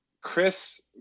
Chris